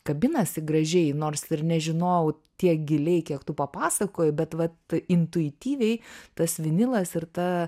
kabinasi gražiai nors nežinojau tiek giliai kiek tu papasakojai bet vat intuityviai tas vinilas ir ta